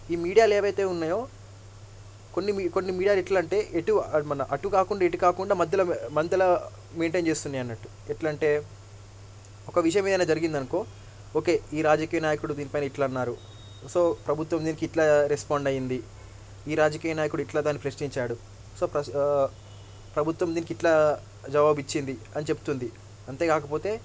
ఈ మీడియాలేవైతే ఉన్నాయో కొన్ని మీ కొన్ని మీడియాలు ఎట్లా అంటే ఎటూ మన అటు కాకుండా ఇటు కాకుండా మధ్యలో మధ్యల మెయింటైన్ చేస్తున్నాయనట్టు ఎట్లంటే ఒక విషయం ఏదైనా జరిగింది అనుకో ఓకే ఈ రాజకీయ నాయకుడు దీనిపై ఇట్లా అన్నారు సో ప్రభుత్వం దీనికి ఇట్లా రెస్పాండ్ అయింది ఈ రాజకీయ నాయకుడు ఇట్లా దాన్ని ప్రశ్నించాడు సో ప్రభుత్వం దీనికి ఇట్లా జవాబు ఇచ్చింది అని చెప్తుంది అంతే కాకపోతే